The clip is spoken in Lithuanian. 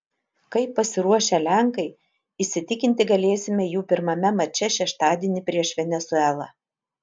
kaip pasiruošę lenkai įsitikinti galėsime jų pirmame mače šeštadienį prieš venesuelą